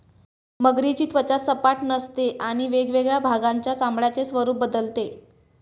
मगरीची त्वचा सपाट नसते आणि वेगवेगळ्या भागांच्या चामड्याचे स्वरूप बदलते